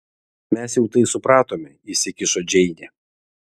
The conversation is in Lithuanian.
mes jau tai supratome įsikišo džeinė